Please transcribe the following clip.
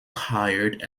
hired